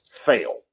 fail